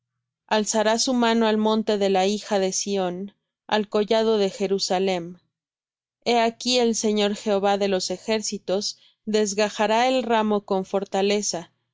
alzará su mano al monte de la hija de sión al collado de jerusalem he aquí el señor jehová de los ejércitos desgajará el ramo con fortaleza y